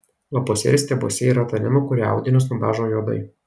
lapuose ir stiebuose yra taninų kurie audinius nudažo juodai